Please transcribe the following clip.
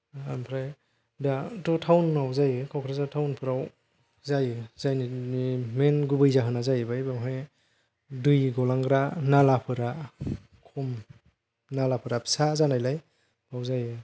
ओमफ्राय दाथ' टावनाव जायो क'क्राझार टावन फोराव जायो जायनि मेन गुबै जाहोना जाहैबाय बेवहाय दै गलांग्रा नालाफोरा खम नालाफोरा फिसा जानायलाय बाव जायो